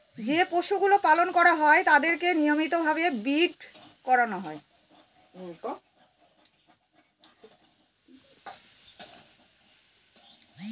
যে পশুগুলো পালন করা হয় তাদেরকে নিয়মিত ভাবে ব্রীড করানো হয়